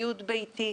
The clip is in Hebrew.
ציוד ביתי,